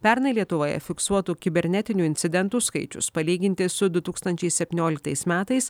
pernai lietuvoje fiksuotų kibernetinių incidentų skaičius palyginti su du tūkstančiai septynioliktais metais